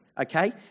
okay